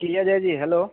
Ki Ajay ji hello